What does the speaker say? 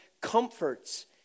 comforts